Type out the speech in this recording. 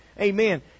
Amen